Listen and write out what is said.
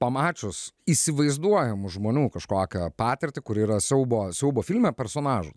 pamačius įsivaizduojamų žmonių kažkokią patirtį kuri yra siaubo siaubo filme personažų